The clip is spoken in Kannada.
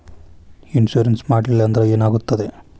ಇನ್ಶೂರೆನ್ಸ್ ಮಾಡಲಿಲ್ಲ ಅಂದ್ರೆ ಏನಾಗುತ್ತದೆ?